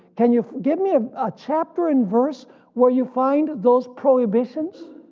can you give me a chapter and verse where you find those prohibitions?